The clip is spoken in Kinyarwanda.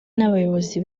n’abayobozi